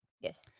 Yes